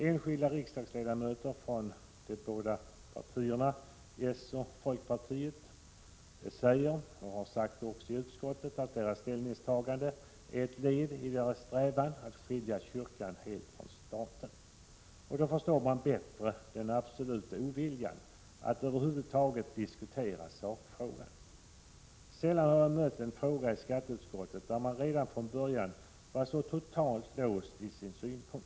Enskilda riksdagsledamöter från de båda partierna, socialdemokrater och folkpartiet, har sagt i utskottet att deras ställningstagande är ett led i deras strävan att skilja kyrkan helt från staten. Och då förstår man bättre den absoluta oviljan att över huvud taget diskutera sakfrågan. Sällan har jag mött en fråga i skatteutskottet, där man redan från början varit så totalt låst i sin synpunkt.